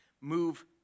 move